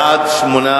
התשע"א